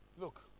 Look